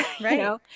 right